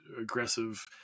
aggressive